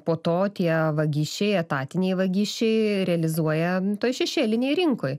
po to tie vagišiai etatiniai vagišiai realizuoja toj šešėlinėj rinkoj